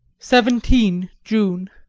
seventeen june.